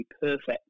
perfect